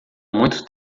muito